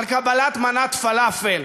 על קבלת מנת פלאפל,